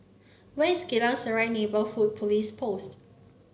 where is Geylang Serai Neighbourhood Police Post